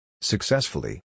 Successfully